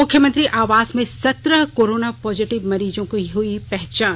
मुख्यमंत्री आवास में सत्रह कोरोना पॉजिटिव मरीजों की हुई पहचान